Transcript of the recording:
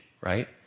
right